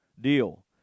deal